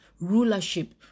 rulership